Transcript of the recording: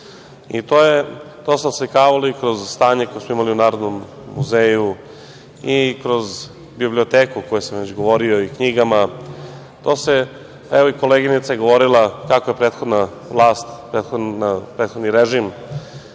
se oslikavalo kroz stanje koje smo imali u Narodnom muzeju i kroz biblioteku o kojoj sam već govorio i knjigama, a evo i koleginica je govorila kako je prethodna vlast, prethodni režim